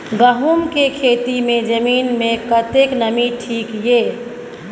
गहूम के खेती मे जमीन मे कतेक नमी ठीक ये?